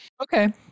okay